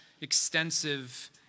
extensive